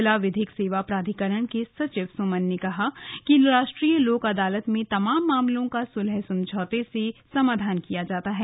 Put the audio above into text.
जिला विधिक सेवा प्राधिकरण के सचिव सुमन ने कहा कि राष्ट्रीय लोक अदालत में तमाम मामलों का सुलह समझौते से समाधान किया जाता है